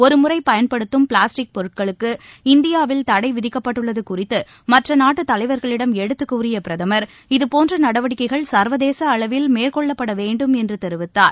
ஒரு முறை பயன்படுத்தும் பிளாஸ்டிக் பொருட்களுக்கு இந்தியாவில் தடை விதிக்கப்பட்டுள்ளது குறித்து மற்ற நாட்டு தலைவர்களிடம் எடுத்துக்கூறிய பிரதமர் இதுபோன்ற நடவடிக்கைகள் சர்வதேச அளவில் மேற்கொள்ளப்படவேண்டும் என்று தெரிவித்தார்